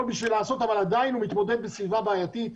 בשביל לעשות אבל עדיין הוא מתמודד בסביבה בעייתית.